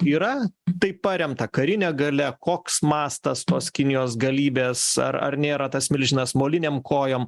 yra tai paremta karine galia koks mastas tos kinijos galybės ar ar nėra tas milžinas molinėm kojom